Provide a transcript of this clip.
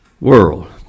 world